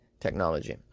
technology